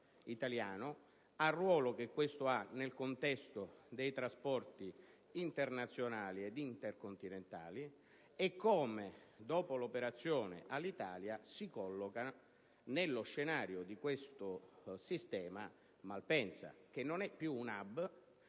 italiano, quale il ruolo che questo ha nel contesto dei trasporti internazionali ed intercontinentali e come, dopo l'operazione Alitalia, si colloca nello scenario di questo sistema Malpensa, che non è più un *hub*,